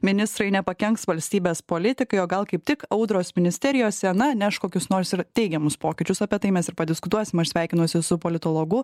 ministrai nepakenks valstybės politikai o gal kaip tik audros ministerijose na neš kokius nors ir teigiamus pokyčius apie tai mes ir padiskutuosim aš sveikinuosi su politologu